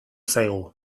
zaigu